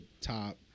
top